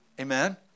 Amen